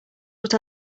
what